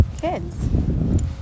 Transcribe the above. kids